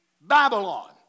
Babylon